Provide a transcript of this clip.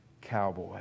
cowboy